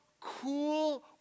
cool